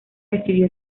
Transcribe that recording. decidió